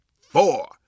four